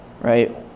Right